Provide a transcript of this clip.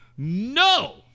No